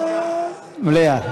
מליאה.